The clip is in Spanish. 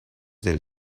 del